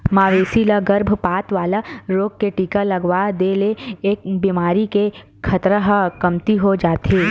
मवेशी ल गरभपात वाला रोग के टीका लगवा दे ले ए बेमारी के खतरा ह कमती हो जाथे